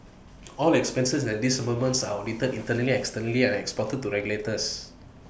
all expenses and disbursements are audited internally and externally and reported to the regulators